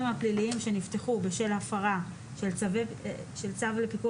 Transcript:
הפליליים שנפתחו בשל הפרה של צווים לפיקוח